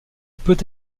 peut